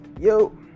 yo